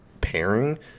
pairing